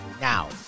now